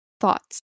thoughts